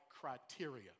criteria